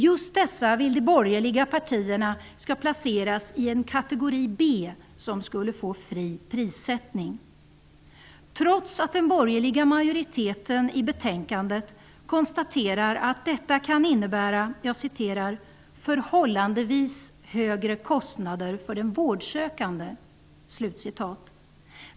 Just dessa vill de borgerliga partierna skall placeras i en kategori B som skulle få fri prissättning, trots att den borgerliga majoriteten i betänkandet konstaterar att detta kan innebära ''förhållandevis högre kostnader för den vårdsökande''.